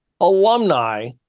alumni